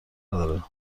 داره